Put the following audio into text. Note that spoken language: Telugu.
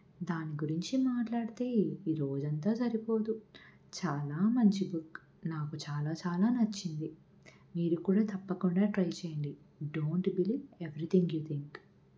దాని గురించి మాట్లాడితే ఈ రోజు అంతా సరిపోదు చాలా మంచి బుక్ నాకు చాలా చాలా నచ్చింది మీరు కూడా తప్పకుండా ట్రై చేయండి don't believe everything you think